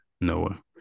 Noah